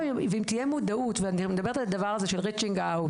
ואם תהיה מודעות ואני מדברת על הדבר הזה של ליצור הנגשה,